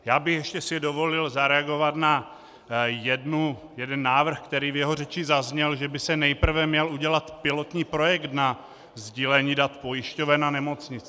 Já bych si ještě dovolil zareagovat na jeden návrh, který v jeho řeči zazněl, že by se nejprve měl udělat pilotní projekt na sdílení dat pojišťoven a nemocnic.